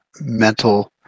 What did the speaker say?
mental